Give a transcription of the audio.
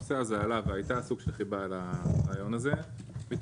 הנושא הזה עלה והיה סוג של חיבה לרעיון הזה שוב,